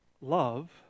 love